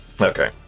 Okay